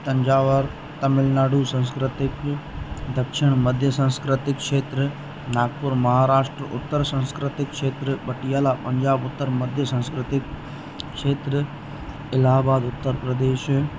तंजावर तमिलनाडु सांस्कृतिक दक्षिण मध्य सांस्कृतिक क्षेत्र नागपुर महाराष्ट्र उत्तर सांस्कृतिक क्षेत्र पटियाला पंजाब उत्तर मध्य सांस्कृतिक क्षेत्र इलाहाबाद उत्तर प्रदेश